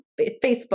Facebook